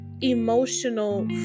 emotional